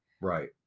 right